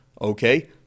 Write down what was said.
okay